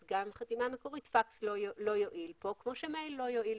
אז גם במקרה הזה של חתימה מקורית הפקס לא יועיל כמו שמייל לא יועיל,